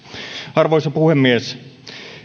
arvoisa puhemies